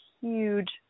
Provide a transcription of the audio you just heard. huge